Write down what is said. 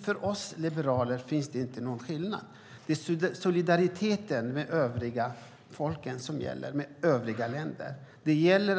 För oss liberaler finns det inte någon skillnad. Det är solidariteten med övriga folk och övriga länder som gäller.